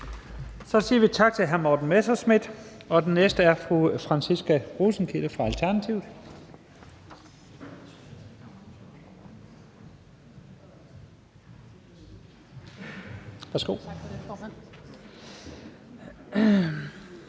Så siger vi tak til hr. Morten Messerschmidt. Den næste spørger er fru Franciska Rosenkilde fra Alternativet.